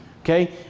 Okay